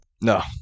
No